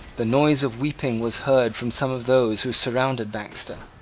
the noise of weeping was heard from some of those who surrounded baxter.